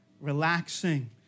relaxing